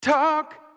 Talk